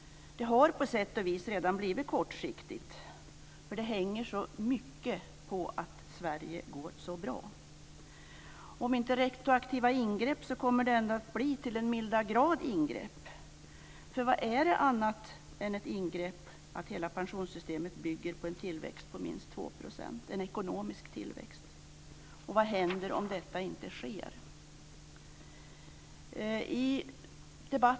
Det har på sätt och vis redan blivit kortsiktigt, eftersom det i så mycket är avhängigt av att Sverige går så bra. Även om det inte blir retroaktiva ingrepp kommer det ändå till den milda grad att bli ingrepp. Vad är det om inte ett ingrepp att hela pensionssystemet bygger på en ekonomisk tillväxt om minst 2 %, och vad händer om en sådan inte inträffar?